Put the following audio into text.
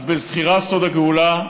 אז בזכירה סוד הגאולה.